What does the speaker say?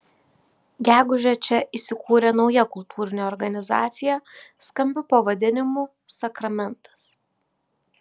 gegužę čia įsikūrė nauja kultūrinė organizacija skambiu pavadinimu sakramentas